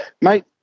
Mate